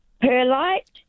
perlite